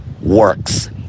works